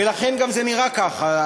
ולכן גם זה נראה ככה,